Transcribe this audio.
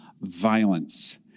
violence